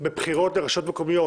בבחירות לרשויות מקומיות